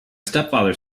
stepfather